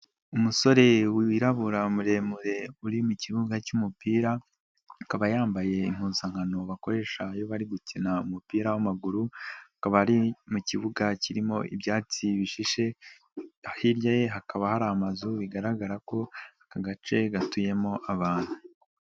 Umusore wirabura muremure uri mu kibuga cy'umupira, akaba yambaye impuzankano bakoresha iyo bari gukina umupira w'amaguru ,akaba ari mu kibuga kirimo ibyatsi bishishe, hirya ye hakaba hari amazu bigaragara ko aka gace gatuyemo abantu.